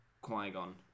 Qui-Gon